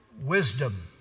wisdom